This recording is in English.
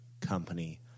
Company